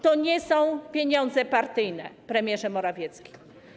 To nie są pieniądze partyjne, premierze Morawiecki.